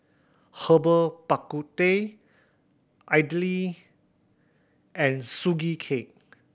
Herbal Bak Ku Teh idly and Sugee Cake